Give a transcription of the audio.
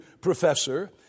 professor